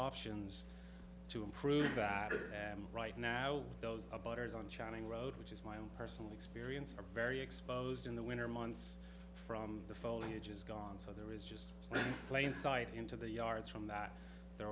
options to improve right now those are butters on shining road which is my own personal experience are very exposed in the winter months from the foliage is gone so there is just plain sight into the yards from that there